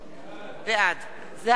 בעד זהבה גלאון,